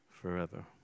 forever